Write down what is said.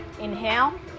inhale